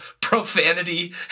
profanity